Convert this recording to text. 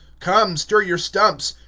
come, stir your stumps,